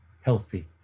healthy